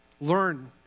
Learn